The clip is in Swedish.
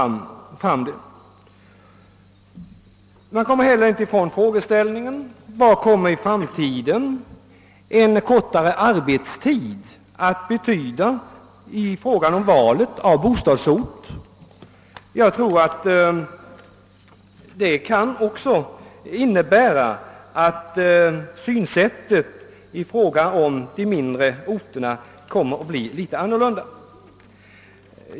Man kommer heller inte ifrån frågan: Vad kommer i framtiden en kortare arbetstid att betyda i fråga om valet av bostadsort? Mer fritid kan säkerligen komma att innebära att synsättet i fråga om de mindre orterna som bostadsorter kommer att bli litet annorlunda.